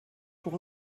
pour